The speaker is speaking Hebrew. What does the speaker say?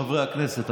חברי הכנסת,